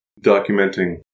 documenting